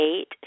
Eight